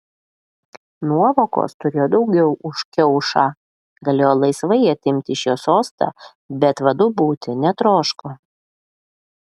nuovokos turėjo daugiau už kiaušą galėjo laisvai atimti iš jo sostą bet vadu būti netroško